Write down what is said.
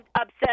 upset